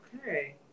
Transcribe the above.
Okay